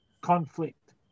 conflict